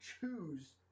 choose